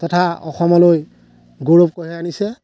তথা অসমলৈ গৌৰৱ কঢ়িয়াই আনিছে